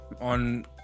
on